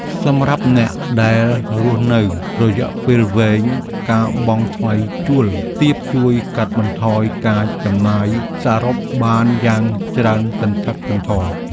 សម្រាប់អ្នកដែលរស់នៅរយៈពេលវែងការបង់ថ្លៃជួលទាបជួយកាត់បន្ថយការចំណាយសរុបបានយ៉ាងច្រើនសន្ធឹកសន្ធាប់។